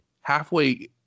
halfway